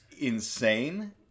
insane